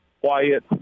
quiet –